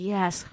Yes